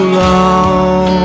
long